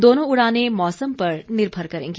दोनों उड़ाने मौसम पर निर्भर करेंगी